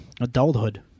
adulthood